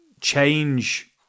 change